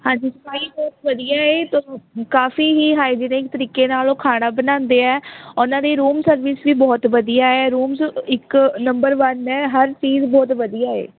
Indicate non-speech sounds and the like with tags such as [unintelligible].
ਹਾਂਜੀ ਸਫ਼ਾਈ ਬਹੁਤ ਵਧੀਆ ਏ [unintelligible] ਕਾਫੀ ਹੀ ਹਾਈਜੀਨਕ ਤਰੀਕੇ ਨਾਲ ਉਹ ਖਾਣਾ ਬਣਾਉਂਦੇ ਹੈ ਉਹਨਾਂ ਦੀ ਰੂਮ ਸਰਵਿਸ ਵੀ ਬਹੁਤ ਵਧੀਆ ਏ ਰੂਮਸ ਇੱਕ ਨੰਬਰ ਵਨ ਹੈ ਹਰ ਚੀਜ਼ ਬਹੁਤ ਵਧੀਆ ਏ